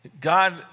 God